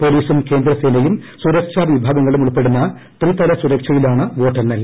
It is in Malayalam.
പൊലീസും കേന്ദ്രസേന്നയും സുരക്ഷാ വിഭാഗങ്ങളും ഉൾപ്പെടുന്ന ത്രിത്രിൽ സുരക്ഷയിലാണ് വോട്ടെണ്ണൽ